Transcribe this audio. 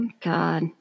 God